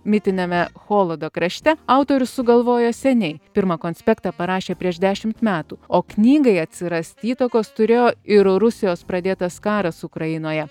mitiniame cholodo krašte autorius sugalvojo seniai pirmą konspektą parašė prieš dešimt metų o knygai atsirast įtakos turėjo ir rusijos pradėtas karas ukrainoje